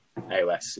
aos